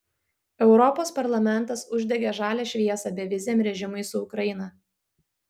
europos parlamentas uždegė žalią šviesą beviziam režimui su ukraina